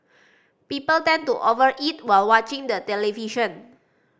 people tend to over eat while watching the television